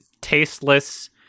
tasteless